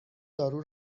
دارو